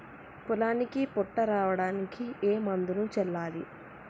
పొలానికి పొట్ట రావడానికి ఏ మందును చల్లాలి?